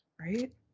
Right